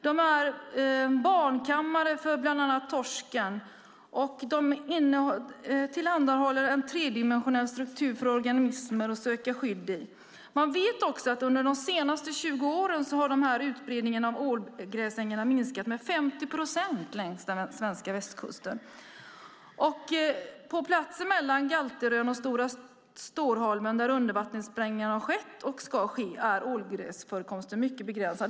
De är barnkammare för bland annat torsken. De tillhandahåller en tredimensionell struktur för organismer att söka skydd i. Man vet också att utbredningen av ålgräsängar under de senaste 20 åren har minskat med 50 procent längs den svenska västkusten. På platsen mellan Galterö och Storholmen, där undervattenssprängningarna har skett och ska ske, är ålgräsförekomsten mycket begränsad.